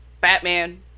Batman